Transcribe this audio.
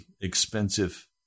expensive